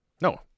No